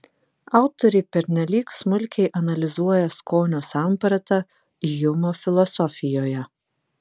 autoriai pernelyg smulkiai analizuoja skonio sampratą hjumo filosofijoje